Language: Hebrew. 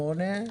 28,